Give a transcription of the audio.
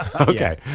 Okay